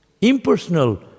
Impersonal